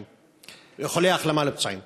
איחולי החלמה לפצועים.